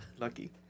Lucky